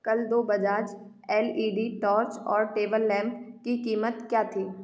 कल दो Bajaj L E D torch और टेबल लैंप की कीमत क्या थी